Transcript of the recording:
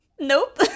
Nope